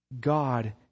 God